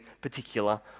particular